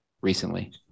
recently